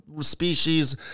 species